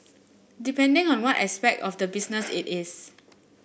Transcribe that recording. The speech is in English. depending on what aspect of the business it is